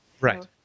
Right